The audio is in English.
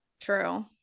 True